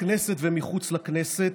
בכנסת ומחוץ לכנסת,